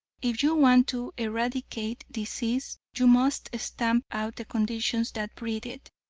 if you want to eradicate disease, you must stamp out the conditions that breed it.